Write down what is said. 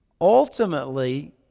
ultimately